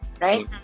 Right